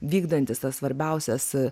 vykdantis tas svarbiausias